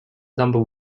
number